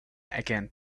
again